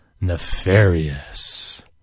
Nefarious